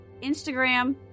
Instagram